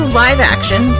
live-action